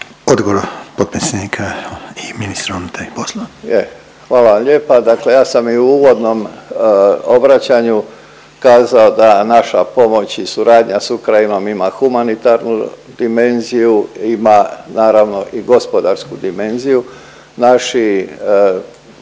poslova. **Božinović, Davor (HDZ)** Je, hvala vam lijepa, dakle ja sam i u uvodnom obraćanju kazao da naša pomoć i suradnja s Ukrajinom ima humanitarnu dimenziju, ima naravno i gospodarsku dimenziju. Naši,